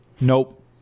Nope